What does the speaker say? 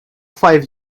five